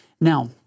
Now